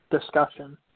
discussion